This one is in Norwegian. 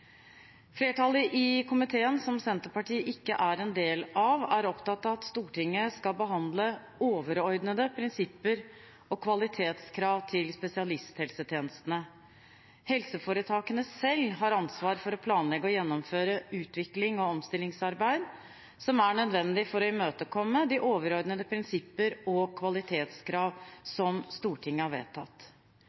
Flertallet i komiteen, som Senterpartiet ikke er en del av, er opptatt av at Stortinget skal behandle overordnede prinsipper og kvalitetskrav til spesialisthelsetjenestene. Helseforetakene har selv ansvar for å planlegge og gjennomføre utviklings- og omstillingsarbeid som er nødvendig for å imøtekomme de overordnede prinsipper og kvalitetskrav som Stortinget har vedtatt.